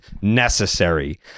necessary